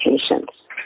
Patients